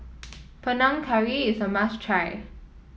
Panang Curry is a must try